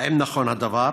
1. האם נכון הדבר?